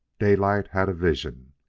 daylight had vision.